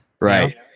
Right